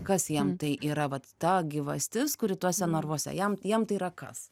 kas jiem tai yra vat ta gyvastis kuri tuose narvuose jam jiem tai yra kas